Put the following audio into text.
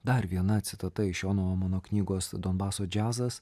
dar viena citata iš jono omano knygos donbaso džiazas